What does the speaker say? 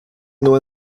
nur